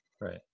Right